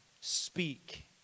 speak